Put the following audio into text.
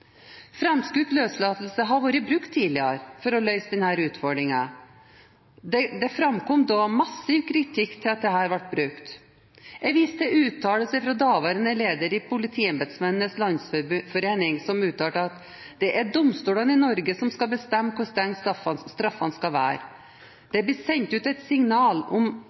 Framskutt løslatelse har vært brukt tidligere for å løse denne utfordringen. Det framkom da massiv kritikk mot at dette ble brukt. Jeg viser til uttalelse fra daværende leder i Politiembetsmennenes Landsforening, som uttalte: «Det er domstolene i Norge som skal bestemme hvor strenge straffene skal være. Det blir sendt ut et signal om